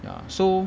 ya so